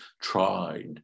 tried